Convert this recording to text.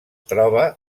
troba